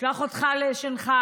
נשלח אותך לשנגחאי.